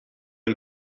een